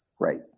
Right